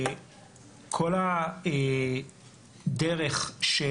כל הדרך של